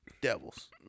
devils